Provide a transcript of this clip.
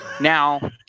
now